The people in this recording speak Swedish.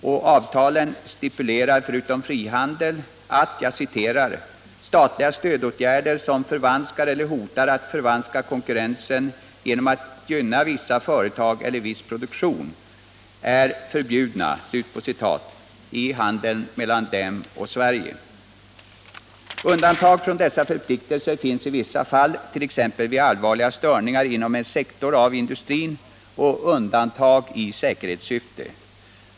I avtalen stipuleras — förutom frihandel — att ”statliga stödåtgärder som förvanskar eller hotar att förvanska konkurrensen genom att gynna vissa företag eller viss produktion” är förbjudna i handeln mellan dem och Sverige. Undantag från dessa förpliktelser finns i vissa fall, t.ex. vid allvarliga störningar inom en sektor av industrin, och i säkerhetssyfte.